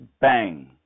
bang